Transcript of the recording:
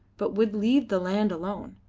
but would leave the land alone.